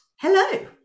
Hello